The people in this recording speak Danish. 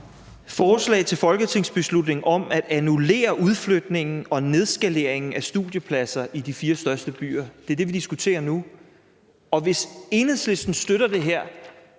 Forslag til folketingsbeslutning om at annullere udflytningen og nedskaleringen af studiepladser i de fire største byer. Det er det, vi diskuterer nu. Og hvis Enhedslisten støtter det her,